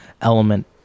element